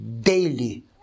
Daily